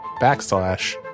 backslash